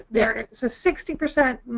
there is a sixty percent